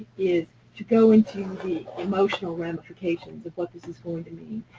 is to go into the emotional ramifications of what this is going to mean.